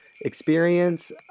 Experience